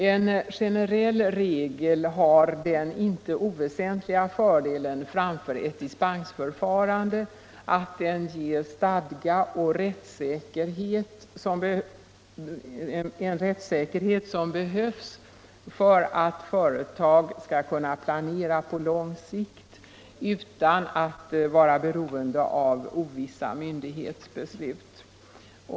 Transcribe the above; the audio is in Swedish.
En generell regel har den inte oväsentliga fördelen framför ett dispensförfarande att regeln ger den stadga och rättssäkerhet som behövs för att företag skall kunna planera på lång sikt utan att vara beroende av ovissa myndighetsbeslut.